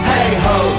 Hey-ho